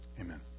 Amen